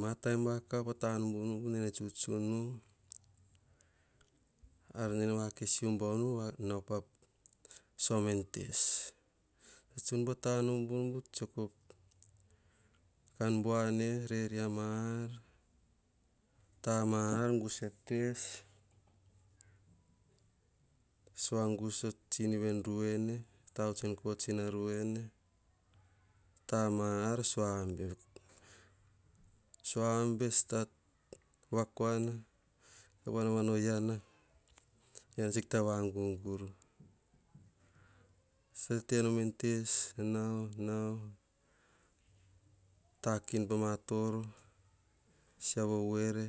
Ma taim vakavu pama ta nubunubu nene tsutsunu. Ar nene vakes ubavunu. Pa nao pa soama en tes tsu pa tanubnubu tsoe ko kan buane reri ama ar tam ar kusa en tes. Suagusa tsiniv en rue tavuts en kotsina ruene. Tama ka suaa be stat suama vanavana oyia na. Kita vagugur tetenom en tes. Takin en toro siava o voere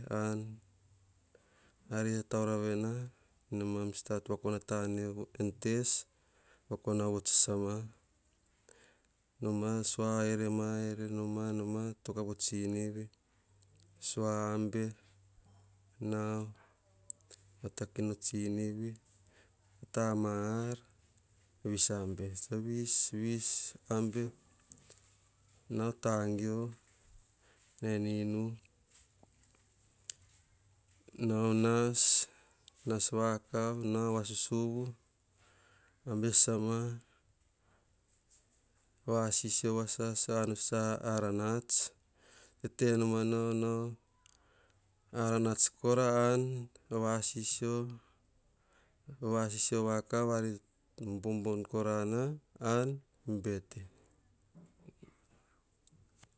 ari tataoravena kemam stat vakoana tanema en tes vakoana yuts sasama. Sua erema ere numa noma toka tsinini. Sua age nao vatakin o tsinini tama ar vis abe, visvis abe nao tagio nao enu nao nas. Nas kavu nao vasusuvu abe sasama vasisio vasasa anos sa aran ats. Teenoma nao aran ats kora vasisio ari bobon korana an bete tsa imbi kaira nor pean pegu devuts sasa paim ma pegu pean. Ar tote upas kina pekas pemama dono. Vavatuts upas nom ekas pean tsa pee nata upas ene pean. Tsa vavatuts vasatanom ekas pean tsa pe nata upas ene pean. Tsa vavatuts vasat nom gu kas pean ka vuts sasanom ko kotoene pean. Kas tsa vavataonao vavatuts pean. Ka tsino natana voan. Keme to voa-ats ene pati vasata ti vasata to verevere namba vets tsukoina peo ka puiri tsuk ena peo. Po vevets pio vevets pekas. Kas mei a gut taba betemoma nom no vets ena.